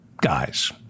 guys